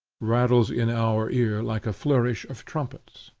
rattles in our ear like a flourish of trumpets.